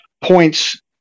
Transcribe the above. points